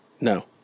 No